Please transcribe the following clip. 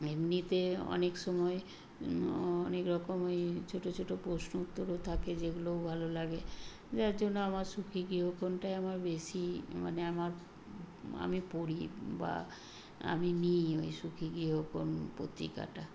এমনিতে অনেক সময় অনেকরকম ওই ছোটো ছোটো প্রশ্ন উত্তরও থাকে যেগুলোও ভালো লাগে যার জন্য আমার সুখী গৃহকোণটাই আমার বেশি মানে আমার আমি পড়ি বা আমি নিই ওই সুখী গৃহকোণ পত্রিকাটা